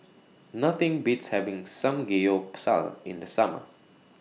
Nothing Beats having Samgeyopsal in The Summer